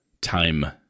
Time